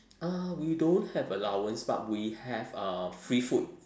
uh we don't have allowance but we have uh free food